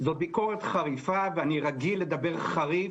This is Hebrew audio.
זאת ביקורת חריפה ואני רגיל לדבר חריף.